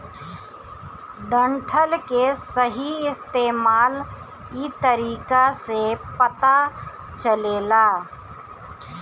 डंठल के सही इस्तेमाल इ तरीका से पता चलेला